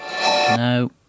no